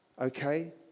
Okay